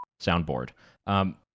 soundboard